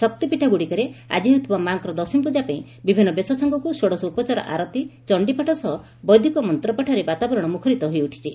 ଶକ୍ତି ପୀଠଗୁଡ଼ିକରେ ଆଜି ହେଉଥିବା ମା'ଙ୍କର ଦଶମୀ ପୂକା ପାଇଁ ବିଭିନ୍ନ ବେଶ ସାଙ୍ଗକୁ ଷୋଡ଼ଶ ଉପଚାର ଆରତୀ ଚଣ୍ଡିପାଠ ସହ ବୈଦିକ ମନ୍ତପାଠରେ ବାତାବରଶ ମୁଖରିତ ହୋଇଉଠିଛି